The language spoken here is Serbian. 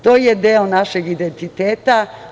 To je deo našeg identiteta.